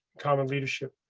common leadership.